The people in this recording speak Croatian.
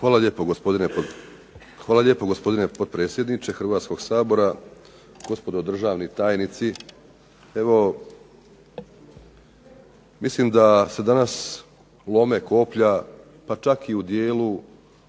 Hvala lijepo gospodine potpredsjedniče Hrvatskog sabora. Gospodo državni tajnici. Evo mislim da se danas lome koplja pa čak u dijelu